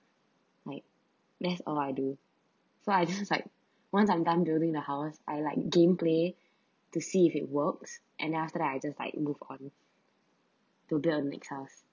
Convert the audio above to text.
like that's all I do so I just like once I'm done building the house I like gameplay to see if it works and then after that I just like move on to build the next house